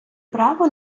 право